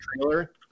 trailer